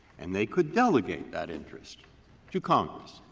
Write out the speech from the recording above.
and they can delegate that interest to congress,